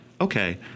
okay